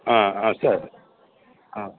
ஆ ஆ சரி ஆ